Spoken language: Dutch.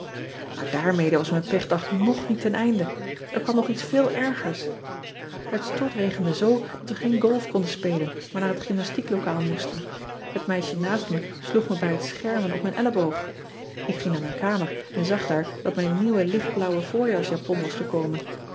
aar daarmede was mijn pechdag nog niet teneinde r kwam nog iets veel ergers et stortregende zoo dat we geen golf konden spelen maar naar het gymnastieklokaal moesten et meisje naast me sloeg me bij het schermen op mijn elleboog k ging naar miju kamer en zag daar dat mijn nieuwe lichtblauwe voorjaarsjapon was gekomen